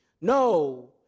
No